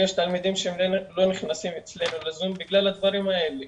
יש תלמידים שלא נכנסים לזום בגלל הדברים האלה,